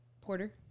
Porter